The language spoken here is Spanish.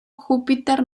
júpiter